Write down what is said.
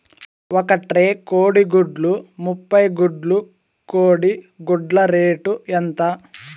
ఒక ట్రే కోడిగుడ్లు ముప్పై గుడ్లు కోడి గుడ్ల రేటు ఎంత?